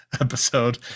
episode